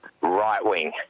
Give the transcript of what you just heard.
right-wing